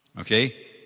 Okay